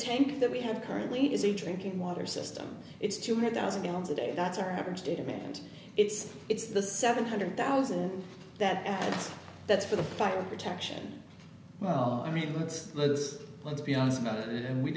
tank that we have currently is a drinking water system it's two hundred thousand gallons a day that's our average day demand it's it's the seven hundred thousand that adds that's for the fire protection i mean let's let's let's be honest about it and we